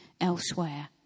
elsewhere